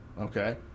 okay